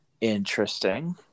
Interesting